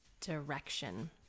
direction